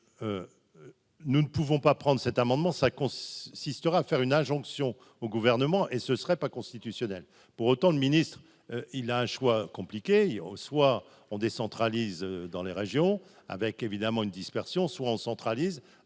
nous ne pouvons pas prendre cet amendement ça s'il sera à faire une injonction au gouvernement et ce serait pas constitutionnelle, pour autant, le ministre, il a un choix compliqué au soit on décentralise dans les régions, avec évidemment une dispersion, soit on centralise